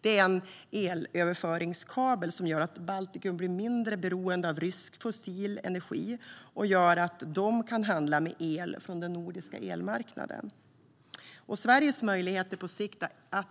Det är en elöverföringskabel som gör Baltikum mindre beroende av rysk fossil energi då de kan handla el med den nordiska marknaden. Sveriges möjligheter att på sikt